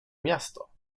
miasto